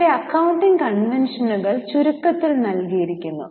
ഇവിടെ അക്കൌണ്ടിംഗ് കൺവെൻഷനുകൾ ചുരുക്കത്തിൽ നൽകിയിരിക്കുന്നു